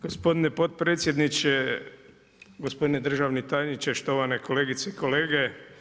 Gospodine potpredsjedniče, gospodine državni tajniče, štovane kolegice i kolege.